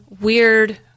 weird